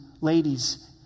ladies